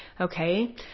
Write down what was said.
Okay